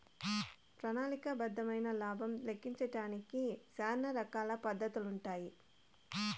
ప్రణాళిక బద్దమైన లాబం లెక్కించడానికి శానా రకాల పద్దతులుండాయి